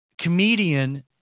comedian